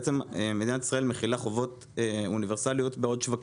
מדינת ישראל מחילה חובות אוניברסליות בעוד שווקים.